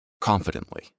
confidently